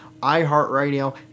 iHeartRadio